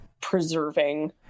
preserving